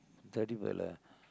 தடி பயல:thadi payala